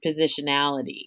positionality